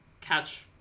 catch